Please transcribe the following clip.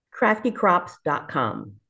CraftyCrops.com